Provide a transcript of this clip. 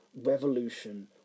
revolution